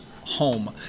home